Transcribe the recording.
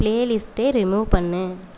play லிஸ்ட்டை remove பண்ணு